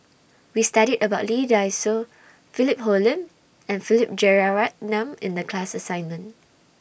We studied about Lee Dai Soh Philip Hoalim and Philip Jeyaretnam in The class assignment